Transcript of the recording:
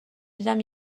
دیدم